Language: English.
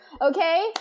Okay